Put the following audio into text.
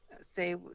say